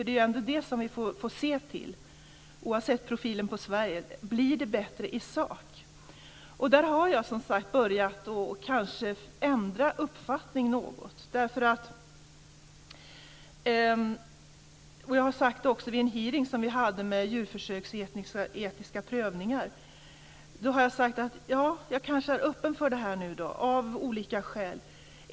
Det är ju det som vi får se till, oavsett profilen på Sverige. Blir det bättre i sak? Där har jag, som sagt, kanske börjat ändra uppfattning något. Jag har också sagt vid en hearing som vi hade om djurförsöksetiska prövningar att jag kanske är öppen för det här nu, av olika skäl.